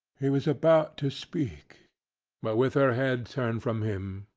he was about to speak but with her head turned from him,